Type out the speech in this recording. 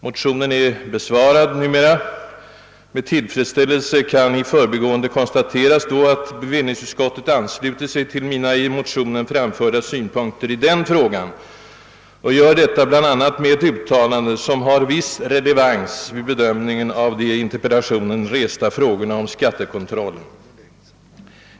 Motionen är numera behandlad av riksdagen. Med tillfredställelse kan — mera i förbigående — konstateras att bevillningsutskottet anslutit sig till mina i motionen framförda synpunkter. Utskottet gör detta bl.a. med ett utta lande, som har viss relevans vid bedömningen av de i interpellationen resta frågorna om skattekontroll.